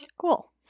Cool